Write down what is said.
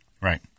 Right